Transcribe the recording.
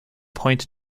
point